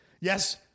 Yes